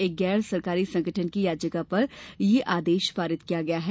एक गैर सरकारी संगठन की याचिका पर यह आदेश पारित किया गया है